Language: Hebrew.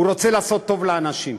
הוא רוצה לעשות טוב לאנשים,